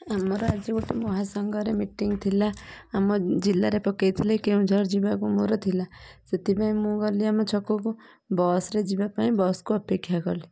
ଆମର ଆଜି ଗୋଟେ ମହାସଂଘରେ ମିଟିଙ୍ଗ ଥିଲା ଆମ ଜିଲ୍ଲାରେ ପକେଇଥିଲେ କେଉଁଝର ଯିବାକୁ ମୋର ଥିଲା ସେଥିପାଇଁ ମୁଁ ଗଲି ଆମ ଛକକୁ ବସରେ ଯିବା ପାଇଁ ବସକୁ ଅପେକ୍ଷା କଲି